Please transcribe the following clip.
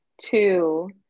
Two